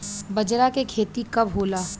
बजरा के खेती कब होला?